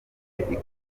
kipe